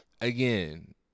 again